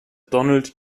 donald